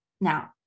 now